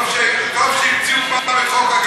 עד שסוף-סוף מדברים על החקלאות,